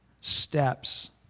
steps